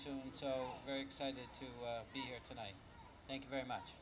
soon so very excited to be here tonight thank you very much